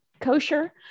kosher